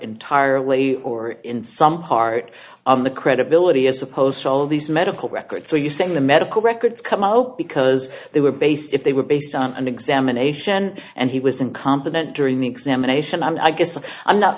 entirely or in some part on the credibility as opposed to all these medical records so you saying the medical records come out because they were based if they were based on an examination and he was incompetent during the examination and i guess i'm not